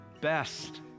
best